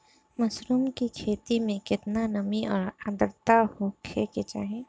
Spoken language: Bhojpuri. मशरूम की खेती में केतना नमी और आद्रता होखे के चाही?